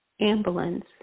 ambulance